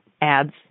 Ads